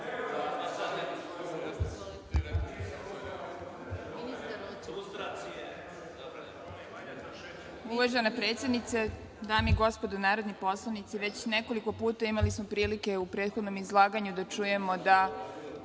Poštovane predsednice, dame i gospodo narodni poslanici, već nekoliko puta imali smo prilike u prethodnom izlaganju da čujemo da